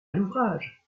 l’ouvrage